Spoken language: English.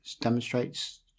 demonstrates